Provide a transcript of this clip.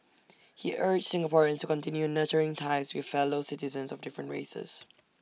he urged Singaporeans to continue nurturing ties with fellow citizens of different races